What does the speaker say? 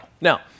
Now